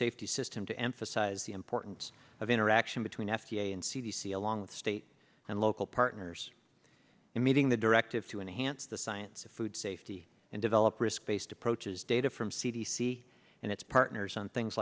safety system to emphasize the importance of interaction between f d a and c d c along with state and local partners in meeting the directive to enhance the science of food safety and develop risk based approaches data from c d c and its partners on things